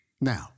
Now